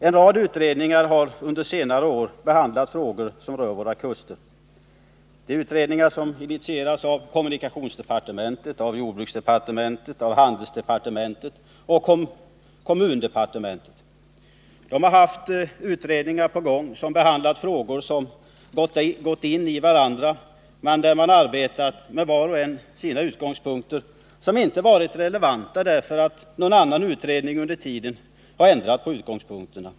En rad utredningar har under senare år behandlat frågor som rör våra kuster, initierade av kommunikationsdepartementet, av jordbruksdepartementet, av handelsdepartementet och av kommundepartementet. De har behandlat frågor som har gått in i varandra, men man har arbetat var och en från sina utgångspunkter, som inte har varit relevanta eftersom någon annan utredning under tiden har ändrat på förutsättningarna.